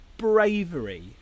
bravery